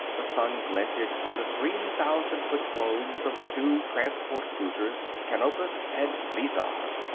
the sun glinted from the three thousand foot globes of the two transport-cruisers, canopus and mizar.